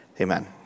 amen